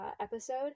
episode